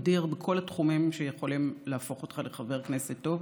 ניסיון אדיר בכל התחומים שיכולים להפוך אותך לחבר כנסת טוב.